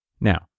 Now